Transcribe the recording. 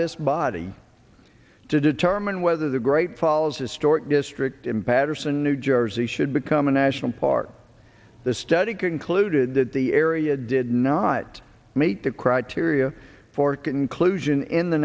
this body to determine whether the great follows historic district in paterson new jersey should become a national park the study concluded that the area did not meet the criteria for conclusion in the